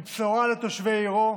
עם בשורה לתושבי עירו.